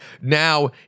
Now